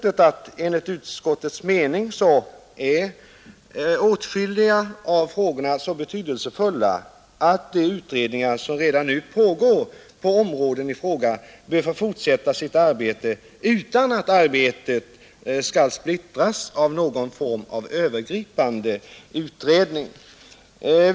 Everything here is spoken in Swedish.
Enligt utskottets mening är åtskilliga frågor så betydelsefulla att de utredningar som redan nu pågår på områdena i fråga bör få fortsätta sitt arbete utan att arbetet splittras av någon form av övergripande utredning.